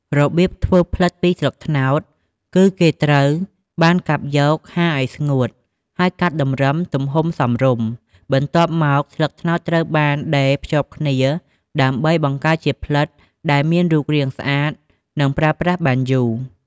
របៀបធ្វើផ្លិតពីស្លឹកត្នោត គឺគេត្រូវបានកាប់យក ហាលឲ្យស្ងួត ហើយកាត់តម្រឹមទំហំសមរម្យ បន្ទាប់មកស្លឹកត្នោតត្រូវបានដេរភ្ជាប់គ្នាដើម្បីបង្កើតជាផ្លិតដែលមាន រូបរាងស្អាត និងប្រើប្រាស់បានយូរ។